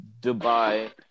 Dubai